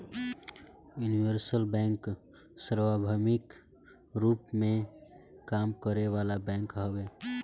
universal bank सार्वभौमिक रूप में काम करे वाला बैंक हवे